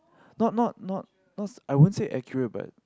not not not not I won't say accurate but